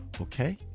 Okay